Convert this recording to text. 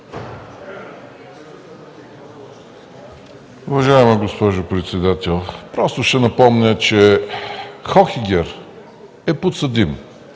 Уважаема госпожо председател, просто ще напомня, че Хохегер е подсъдим